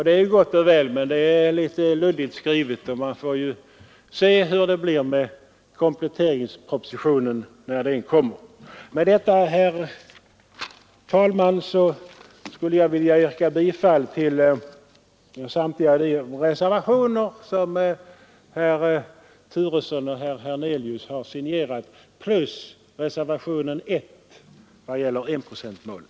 Det är ju gott och väl, men det är litet luddigt skrivet, och vi får se om det kommer någon kompletteringsproposition. Med detta, herr talman, vill jag yrka bifall till samtliga de reservationer som herr Turesson och herr Hernelius har signerat plus reservationen 1 i vad gäller enprocentsmålet.